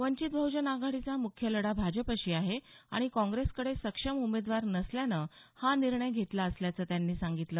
वंचित बह्जन आघाडीचा मुख्य लढा भाजपशी आहे आणि काँग्रेसकडे सक्षम उमेदवार नसल्यानं हा निर्णय घेतला असल्याचं त्यांनी सांगितलं